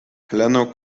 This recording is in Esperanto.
heleno